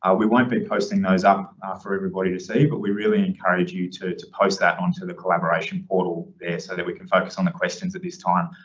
ah we won't be posting those up for everybody to see, but we really encourage you to to post that onto the collaboration portal there so that we can focus on the questions at this time.